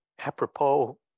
apropos